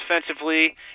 defensively